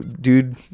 dude